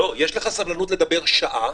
יש לך סבלנות לדבר שעה,